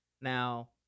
Now